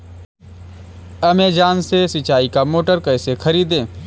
Amazon से सिंचाई का मोटर कैसे खरीदें?